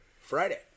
Friday